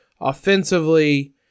offensively